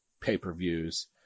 pay-per-views